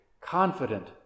confident